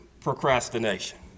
procrastination